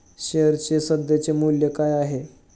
शेअर्सचे सध्याचे मूल्य काय आहे?